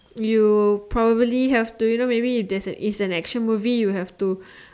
you probably have do you know maybe if is an action movie you will have to